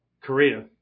Korea